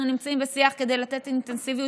אנחנו נמצאים בשיח כדי לתת אינטנסיביות